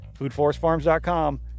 foodforestfarms.com